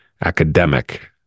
academic